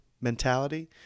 mentality